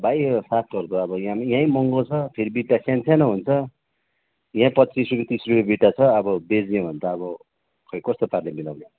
भाइ यो सागहरू त यहीँ महँगो छ फेरि बिटा सानो सानो हुन्छ यहाँ पच्चिस रुपियाँ तिस रुपियाँ बिटा छ अब बेच्ने भने त अब खै कस्तो पाराले मिलाउने